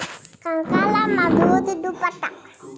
మా credit score ఎంత ఉంది? మాకు ఏమైనా లోన్స్ వస్తయా?